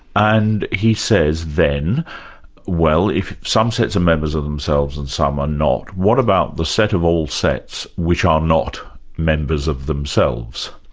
and he says then well if some sets are members of themselves and some are not, what about the set of all sets, which are not members of themselves.